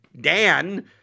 Dan